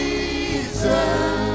Jesus